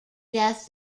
death